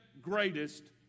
greatest